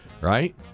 right